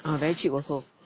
ah very cheap also